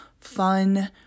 fun